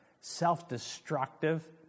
self-destructive